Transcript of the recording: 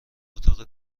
اتاق